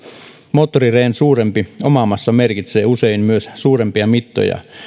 moottorireen suurempi omamassa merkitsee usein myös suurempia mittoja